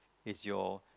is your